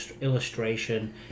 illustration